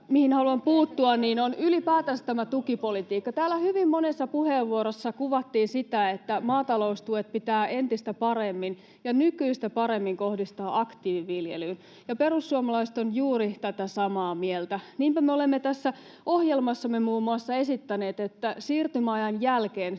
mihin haluan tässä puuttua, on ylipäätänsä tämä tukipolitiikka. Täällä hyvin monessa puheenvuorossa kuvattiin sitä, että maataloustuet pitää entistä paremmin ja nykyistä paremmin kohdistaa aktiiviviljelyyn. Perussuomalaiset ovat juuri tätä samaa mieltä. Niinpä me olemme tässä ohjelmassamme muun muassa esittäneet, että siirtymäajan jälkeen